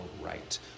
right